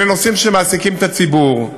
אלה נושאים שמעסיקים את הציבור.